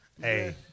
Hey